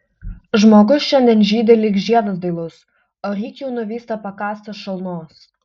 žmogus šiandien žydi lyg žiedas dailus o ryt jau nuvysta pakąstas šalnos